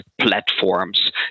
platforms